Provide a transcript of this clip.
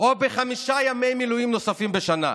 או בחמישה ימי מילואים נוספים בשנה.